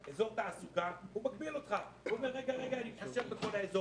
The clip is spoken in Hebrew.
זה צריך לחלוף מהעולם.